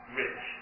rich